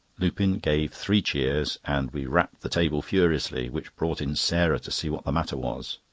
lupin gave three cheers, and we rapped the table furiously, which brought in sarah to see what the matter was.